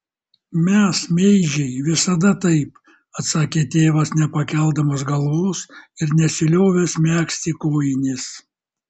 mes meižiai visada taip atsakė tėvas nepakeldamas galvos ir nesiliovęs megzti kojinės